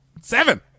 Seven